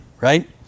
right